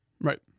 Right